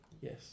Yes